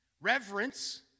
Reverence